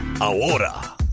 Ahora